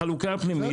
החלוקה הפנימית.